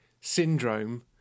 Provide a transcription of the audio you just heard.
Syndrome